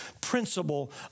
principle